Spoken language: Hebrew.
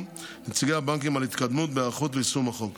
נציגי הבנקים על התקדמות בהיערכות ליישום החוק.